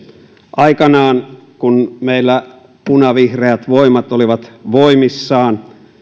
aikanaan kun meillä punavihreät voimat olivat voimissaan